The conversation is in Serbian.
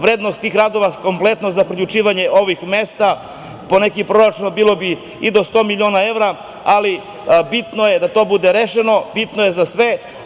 Vrednost tih radova kompletno za priključivanje ovih mesta po nekim proračunima bilo bi i do sto miliona evra, ali bitno je da to bude rešeno, bitno je za sve.